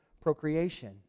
procreation